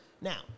Now